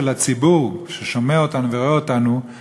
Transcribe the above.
אל הציבור שרואה אותנו ושומע אותנו,